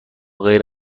غیر